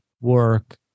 work